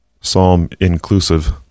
psalm-inclusive